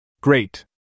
Great